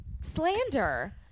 slander